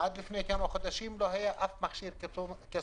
לא היה עד לפני כמה חודשים אף מכשיר כספומט,